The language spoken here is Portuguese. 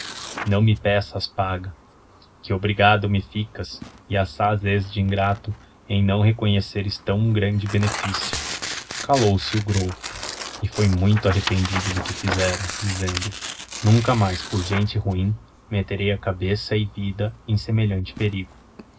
não me peças paga que obrigado me ficas e assaz es de ingrato em não reconheceres ião grande beneficio callou-se o grou e foi muito arrependido do que fizera dizendo nunca mais por gente ruim metterei a cabeça e vi da em semeliiante perigo